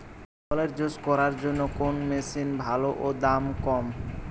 ফলের জুস করার জন্য কোন মেশিন ভালো ও দাম কম?